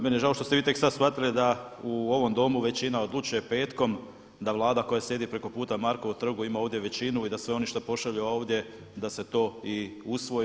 Meni je žao da ste vi tek sad shvatili da u ovom domu većina odlučuje petkom, da Vlada koja sjedi preko puta Markovog trga ima ovdje većinu i da se oni što pošalju ovdje da se to i usvoji.